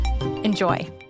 Enjoy